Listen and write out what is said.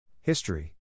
History